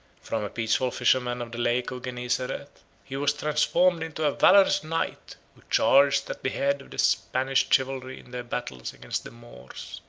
from a peaceful fisherman of the lake of gennesareth, he was transformed into a valorous knight, who charged at the head of the spanish chivalry in their battles against the moors.